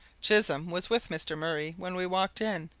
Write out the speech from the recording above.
chisholm was with mr. murray when we walked in,